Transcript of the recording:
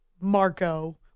Marco